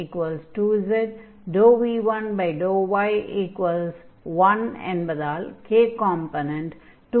v2∂x2z v1∂y1 என்பதால் k component 2z 1 ஆகும்